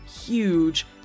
huge